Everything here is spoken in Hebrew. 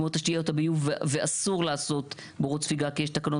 כמו תשתיות הביוב אסור לעשות בורות ספיגה כי יש את תקנות